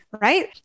right